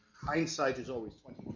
hindsight is always twenty